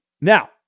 Now